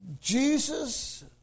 Jesus